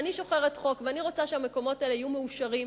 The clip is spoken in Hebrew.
ואני שוחרת חוק ואני רוצה שהמקומות האלה יהיו מאושרים,